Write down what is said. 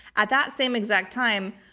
at that same exact time,